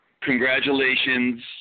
Congratulations